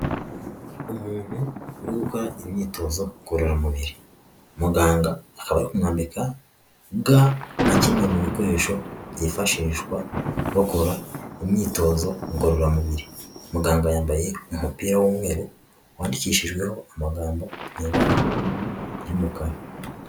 Umuntu uri gukora imyitozo ngororamubiri, muganga akaba ari kumwambika ga nka kimwe mu bikoresho byifashishwa bakora imyitozo ngororamubiri, muganga yambaye umupira w'umweru wandikishijweho amagambo mu ibara ry'umukara.